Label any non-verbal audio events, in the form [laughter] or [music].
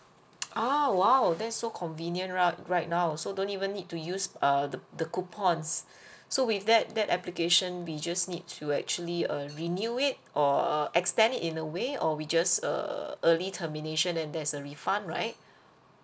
ah !wow! that's so convenient route right now so don't even need to use uh the the coupons [breath] so with that that application we just need to actually uh renew it or uh extend it in a way or we just err early termination then there's a refund right